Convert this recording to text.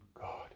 God